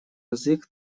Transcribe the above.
язык